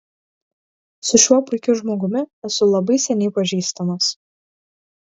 su šiuo puikiu žmogumi esu labai seniai pažįstamas